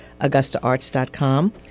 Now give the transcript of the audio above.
AugustaArts.com